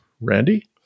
Randy